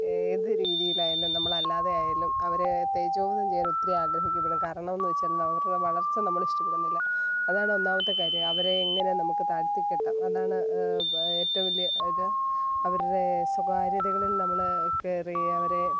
ഏത് രീതിയിലായാലും നമ്മളല്ലാതെ ആയാലും അവരെ തേജോവധം ചെയ്യാൻ ഒത്തിരി ആഗ്രഹിക്കപ്പെടും കാരണോന്ന്വെച്ചാൽ അവരുടെ വളർച്ച നമ്മളിഷ്ടപ്പെടുന്നില്ല അതാണ് ഒന്നാമത്തെ കാര്യം അവരെ എങ്ങനെ നമുക്ക് താഴ്ത്തിക്കെട്ടാം അതാണ് ഏറ്റവും വലിയ ഇത് അവരുടെ സ്വകാര്യതകളിൽ നമ്മൾ കയറി അവരെ